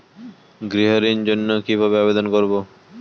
গৃহ ঋণ জন্য কি ভাবে আবেদন করব?